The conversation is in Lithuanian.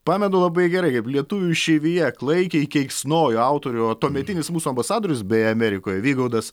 pamenu labai gerai kaip lietuvių išeivija klaikiai keiksnojo autorių o tuometinis mūsų ambasadorius beje amerikoje vygaudas